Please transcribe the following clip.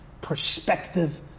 perspective